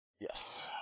Yes